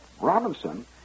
Robinson